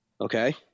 okay